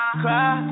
cry